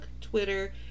Twitter